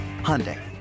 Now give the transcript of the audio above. Hyundai